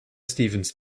stephens